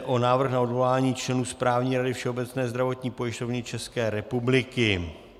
Návrh na odvolání členů Správní rady Všeobecné zdravotní pojišťovny České republiky